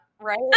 right